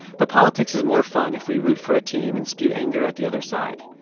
but politics is more fun if we root for a team and spew anger at the other side.